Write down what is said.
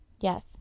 yes